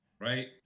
right